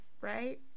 right